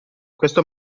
questo